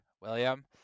William